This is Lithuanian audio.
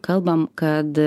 kalbam kad